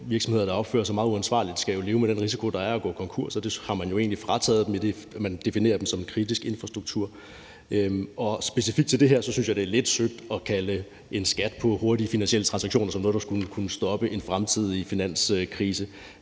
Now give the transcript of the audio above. virksomheder, der opfører sig meget uansvarligt, skal leve med den risiko, der er, og gå konkurs. Og det vilkår har man jo egentlig frataget dem, idet man definerer dem som kritisk infrastruktur. Specifikt om det her synes jeg, det er lidt søgt at betegne en skat på hurtige finansielle transaktioner som noget, der skulle kunne stoppe en fremtidig finanskrise,